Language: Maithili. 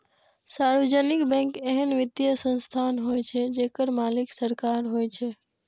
सार्वजनिक बैंक एहन वित्तीय संस्थान होइ छै, जेकर मालिक सरकार होइ छै